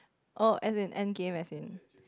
oh as in endgame as in